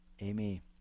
Amy